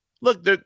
Look